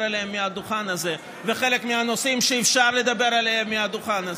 עליהם מהדוכן הזה ובחלק מהנושאים שאפשר לדבר עליהם מהדוכן הזה.